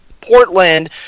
Portland